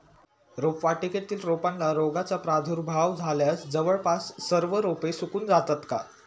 रोपवाटिकेतील रोपांना रोगाचा प्रादुर्भाव झाल्यास जवळपास सर्व रोपे सुकून जातात का?